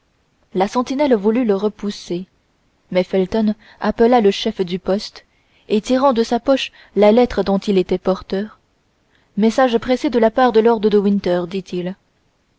la sentinelle voulut le repousser mais felton appela le chef du poste et tirant de sa poche la lettre dont il était porteur message pressé de la part de lord de winter dit-il